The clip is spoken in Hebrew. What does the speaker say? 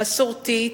מסורתית,